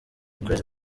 kwezi